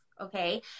Okay